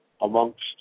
amongst